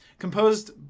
Composed